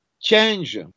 change